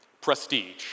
prestige